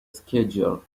schedule